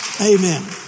Amen